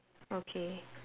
okay